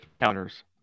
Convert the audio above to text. counters